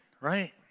right